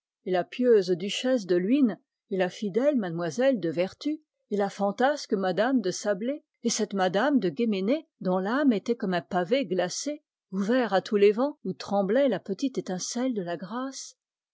et la pieuse duchesse de luynes et la fidèle mlle de vertus et la fantasque m me de sablé et cette mme de guéménée dont l'âme était comme un pavé glacé ouvert à tous les vents où tremblait la petite étincelle de la grâce